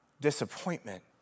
disappointment